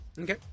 Okay